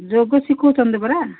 ଯୋଗ ଶିଖଉଛନ୍ତି ପରା